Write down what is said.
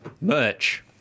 merch